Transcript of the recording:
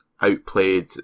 outplayed